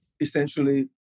essentially